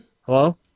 Hello